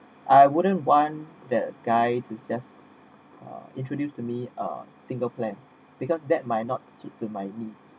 I wouldn't want that guy to just introduced uh to me uh single plan because that might not suit my needs